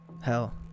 Hell